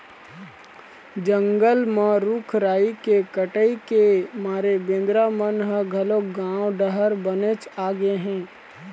जंगल म रूख राई के कटई के मारे बेंदरा मन ह घलोक गाँव डहर बनेच आगे हे